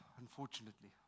unfortunately